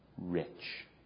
Rich